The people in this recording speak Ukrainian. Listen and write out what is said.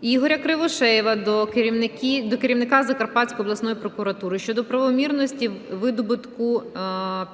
Ігоря Кривошеєва до керівника Закарпатської обласної прокуратури щодо правомірності видобутку